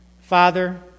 Father